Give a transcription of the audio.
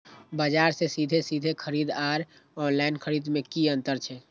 बजार से सीधे सीधे खरीद आर ऑनलाइन खरीद में की अंतर छै?